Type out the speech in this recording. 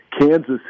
Kansas